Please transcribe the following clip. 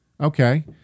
Okay